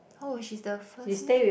oh she's the first meh